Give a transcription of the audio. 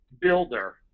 builder